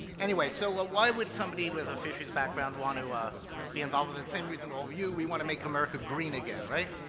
anyway, so ah why would somebody with a fishes background want to ah be involved with it? same reason as all of you. we want to make america green again, right?